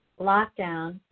lockdown